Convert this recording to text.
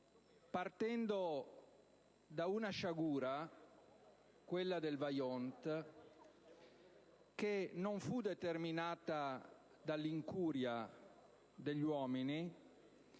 partendo da una sciagura, quella del Vajont, che non fu determinata dell'incuria degli uomini,